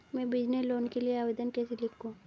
मैं business loan के लिए आवेदन कैसे लिखूँ?